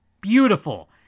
Beautiful